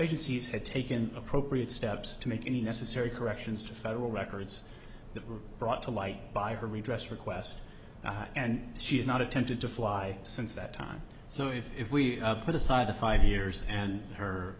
agencies had taken appropriate steps to make any necessary corrections to federal records that were brought to light by her redress requests and she has not attended to fly since that time so if we put aside the five years and her